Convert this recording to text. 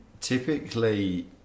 typically